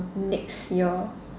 next year